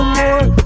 more